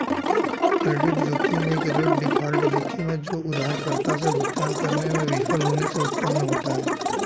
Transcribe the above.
credit जोखिम एक ऋण डिफ़ॉल्ट जोखिम है जो उधारकर्ता से भुगतान करने में विफल होने से उत्पन्न होता है